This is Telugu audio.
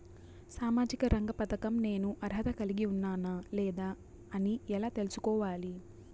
సామాజిక రంగ పథకం నేను అర్హత కలిగి ఉన్నానా లేదా అని ఎలా తెల్సుకోవాలి?